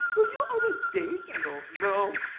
were you on a date? i go, no.